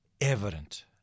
evident